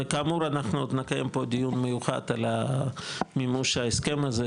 וכאמור אנחנו עוד נקיים פה דיון מיוחד על מימוש ההסכם הזה,